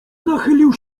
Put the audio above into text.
nachylił